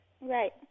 Right